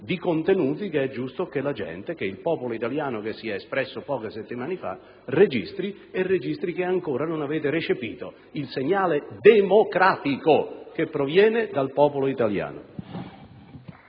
di contenuti che è giusto venga registrata dalla gente, dal popolo italiano che si è espresso poche settimane fa. È giusto che si registri che ancora non avete recepito il segnale democratico che proviene dal popolo italiano.